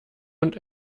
und